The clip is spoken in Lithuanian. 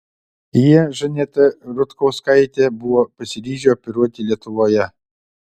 jie žanetą rutkauskaitę buvo pasiryžę operuoti lietuvoje